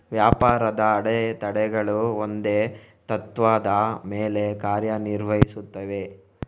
ವ್ಯಾಪಾರದ ಅಡೆತಡೆಗಳು ಒಂದೇ ತತ್ತ್ವದ ಮೇಲೆ ಕಾರ್ಯ ನಿರ್ವಹಿಸುತ್ತವೆ